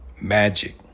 magic